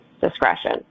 discretion